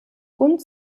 und